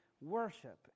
worship